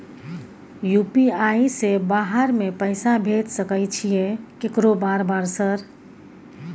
UPI से बाहर में पैसा भेज सकय छीयै केकरो बार बार सर?